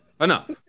enough